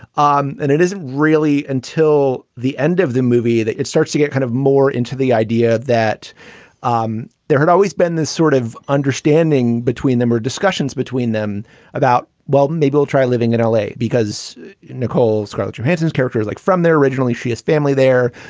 um and it isn't really until the end of the movie that it starts to get kind of more into the idea that um there had always been this sort of understanding between them or discussions between them about, well, maybe i'll try living in l a. because nicole skrull johansen's character like from there originally, she has family there.